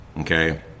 Okay